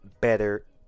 better